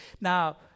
now